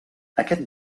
aquest